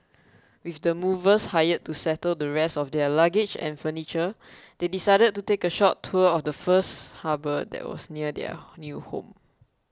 with the movers hired to settle the rest of their luggage and furniture they decided to take a short tour of the first harbour that was near their new home